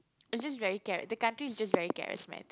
it's just very chara~ the country is just very charismatic